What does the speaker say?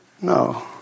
no